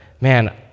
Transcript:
man